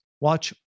watch